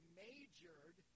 majored